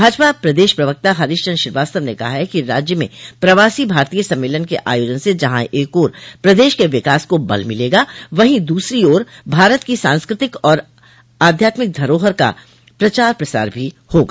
भाजपा प्रदेश प्रवक्ता हरीश चन्द्र श्रीवास्तव ने कहा है कि राज्य में प्रवासी भारतीय सम्मेलन के आयोजन से जहां एक ओर प्रदेश के विकास को बल मिलेगा वहीं दूसरी ओर भारत की सांस्कृतिक और आध्यात्मिक धरोहर का प्रचार प्रसार भी होगा